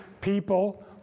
people